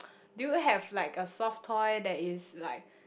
do you have like a soft toy that is like